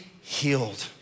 healed